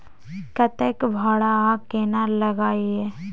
कतेक भाड़ा आ केना लागय ये?